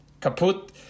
kaput